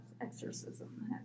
exorcism